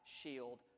shield